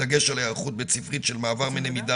בדגש על היערכות בית-ספרית של מעבר מלמידה